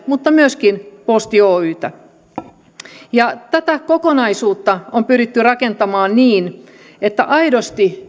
mutta myöskin posti oytä ja tätä kokonaisuutta on pyritty rakentamaan niin että aidosti